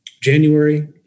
January